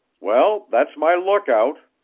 well, that's my lookout,